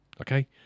Okay